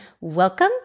welcome